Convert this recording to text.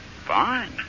Fine